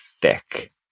thick